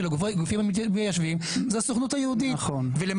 הגופים המיישבים זה הסוכנות היהודית וגם ההסתדרות הציונית.